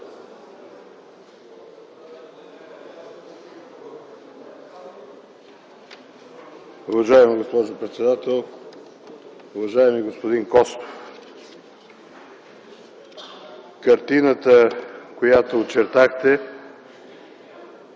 Уважаема госпожо председател! Уважаеми господин Костов, картината, която очертахте,